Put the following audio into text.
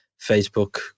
Facebook